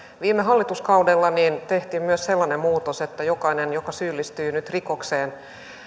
viime hallituskaudella tehtiin myös sellainen muutos että jokainen joka syyllistyy nyt rikokseen